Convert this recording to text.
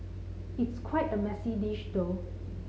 it's quite a messy dish though